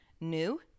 new